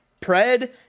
Pred